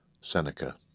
Seneca